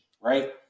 right